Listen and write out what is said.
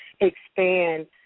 expand